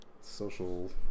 social